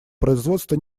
производство